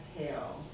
exhale